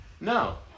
No